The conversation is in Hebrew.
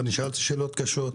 אני שאלתי שאלות קשות.